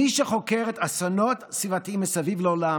מי שחוקר אסונות סביבתיים מסביב לעולם